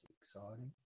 exciting